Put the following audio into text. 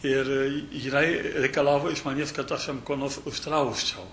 ir jinai reikalavo išmanyt kad aš jam ko nors užtraukčiau